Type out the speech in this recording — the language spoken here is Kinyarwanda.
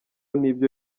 n’ibyo